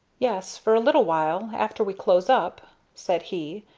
yes, for a little while, after we close up, said he,